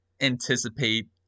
anticipate